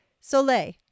Soleil